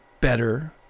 better